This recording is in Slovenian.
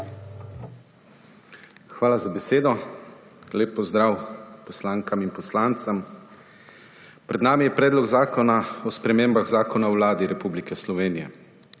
Hvala za besedo. Lep pozdrav poslankam in poslancem! Pred nami je Predlog zakona o spremembah Zakona o Vladi Republike Slovenije.